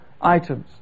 items